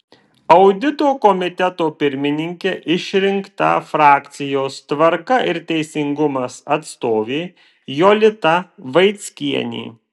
audito komiteto pirmininke išrinkta frakcijos tvarka ir teisingumas atstovė jolita vaickienė